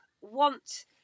want